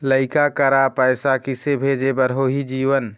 लइका करा पैसा किसे भेजे बार होही जीवन